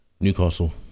Newcastle